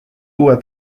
uue